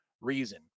reason